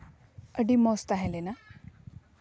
ᱟᱹᱰᱤ ᱢᱚᱡᱽ ᱛᱟᱦᱮᱸ ᱞᱮᱱᱟ